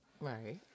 Right